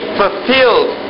fulfilled